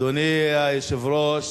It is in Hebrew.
אדוני היושב-ראש,